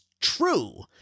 true